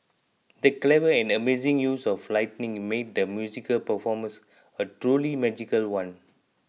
the clever and amazing use of lighting made the musical performance a truly magical one